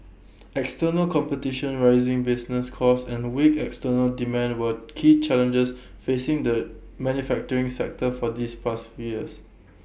external competition rising business costs and weak external demand were key challenges facing the manufacturing sector for this past few years